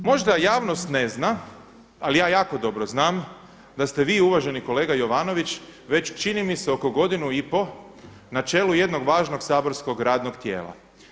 Možda javnost ne zna, ali ja jako dobro znam da ste vi uvaženi kolega Jovanović već čini mi se oko godinu i pol na čelu jednog važnog saborskog radnog tijela.